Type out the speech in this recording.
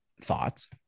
thoughts